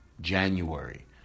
January